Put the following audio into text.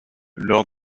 lors